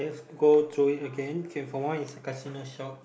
go through it again okay for one is a casino shop